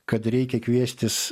kad reikia kviestis